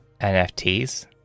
nfts